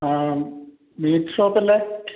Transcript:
meet shop അല്ലെ